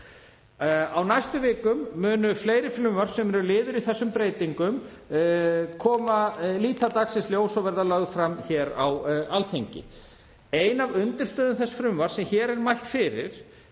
Á næstu vikum munu fleiri frumvörp sem eru liður í þeim umfangsmiklu breytingum líta dagsins ljós og verða lögð fram hér á Alþingi. Ein af undirstöðum þess frumvarps sem hér er mælt fyrir